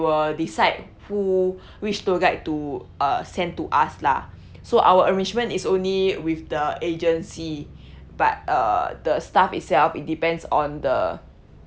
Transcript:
will decide who which tour guide to uh send to us lah so our arrangement is only with the agency but err the staff itself it depends on the